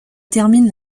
termine